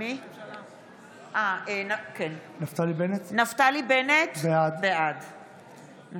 חבר הכנסת) נפתלי בנט, בעד אם